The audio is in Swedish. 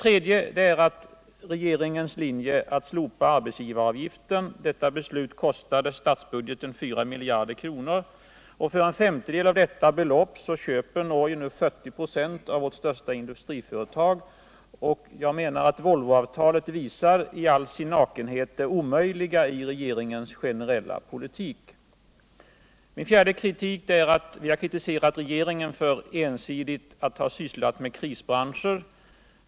Regeringens beslut att slopa arbetsgivaravgiften kostade statsbudgeten 4 miljarder kronor. För en femtedel av detta belopp köper Norge nu 40 96 av vårt industriföretag. Volvoavtalet visar i all sin nakenhet det omöjliga i regeringens generella politik. 4. Vi harkritiserat regeringen för att ensidigt ha sysslat med krisbranscher.